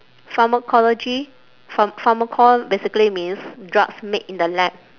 pharmacology pharm~ pharmacol~ basically means drugs made in the lab